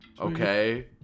okay